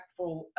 impactful